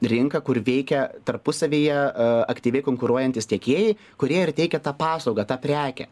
rinką kur veikia tarpusavyje aktyviai konkuruojantys tiekėjai kurie ir teikia tą paslaugą tą prekę